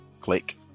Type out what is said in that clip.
Click